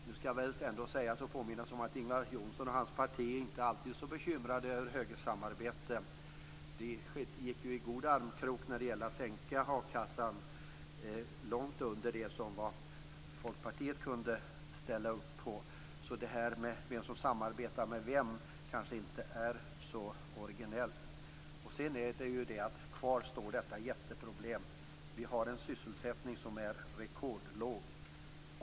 Nu skall det väl sägas att Ingvar Johnsson och hans parti inte alltid är så bekymrade över högersamarbete. De gick ju i god armkrok när det gällde att sänka a-kassan långt under vad Folkpartiet kunde ställa upp på. Det här med vem som samarbetar med vem kanske inte är så originellt. Sedan står ju detta jätteproblem kvar: Vi har en sysselsättning som är rekordlåg.